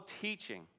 teaching